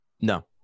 No